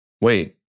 Wait